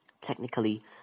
Technically